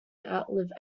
outlive